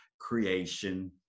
creation